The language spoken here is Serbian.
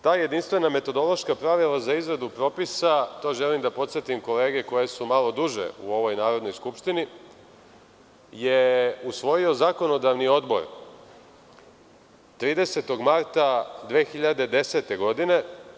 Ta jedinstvena metodološka pravila za izradu propisa, to želim da podsetim kolege koje su malo duže u ovoj Narodnoj skupštini, je usvojio Zakonodavni odbor 30. marta 2010. godine.